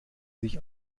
sich